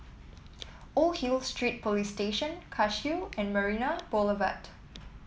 Old Hill Street Police Station Cashew and Marina Boulevard